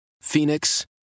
Phoenix